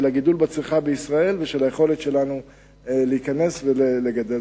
הגידול בצריכה בישראל ושל היכולת שלנו להיכנס ולגדל.